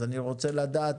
אז אני רוצה לדעת